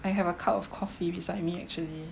I have a cup of coffee beside me actually